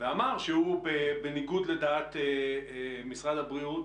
ואמר שהוא, בניגוד לדעת משרד הבריאות,